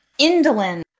Indolin